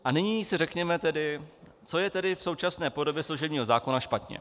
A nyní se řekněme tedy, co je tedy v současné podobě služebního zákona špatně.